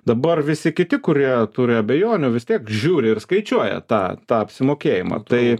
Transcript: dabar visi kiti kurie turi abejonių vis tiek žiūri ir skaičiuoja tą tą apsimokėjimą tai